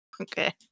okay